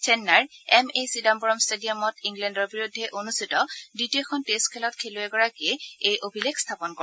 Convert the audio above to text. চেন্নাইৰ M A Chidambaram ষ্টেডিয়ামত ইংলেণ্ডৰ বিৰুদ্ধে অনুষ্ঠিত দ্বিতীয়খন টেষ্ট খেলত খেলুৱৈগৰাকীয়ে এই অভিলেখ স্থাপন কৰে